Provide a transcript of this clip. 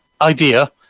idea